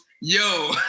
Yo